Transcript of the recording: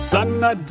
Sanna